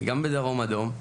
גם בדרום אדום.